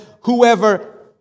whoever